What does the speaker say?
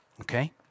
okay